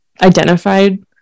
identified